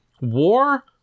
War